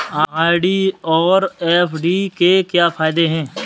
RD और FD के क्या फायदे हैं?